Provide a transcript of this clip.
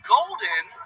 Golden